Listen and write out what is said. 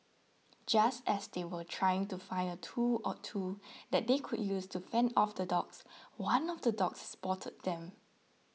just as they were trying to find a tool or two that they could use to fend off the dogs one of the dogs spotted them